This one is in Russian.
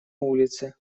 улице